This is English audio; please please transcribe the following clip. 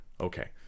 Okay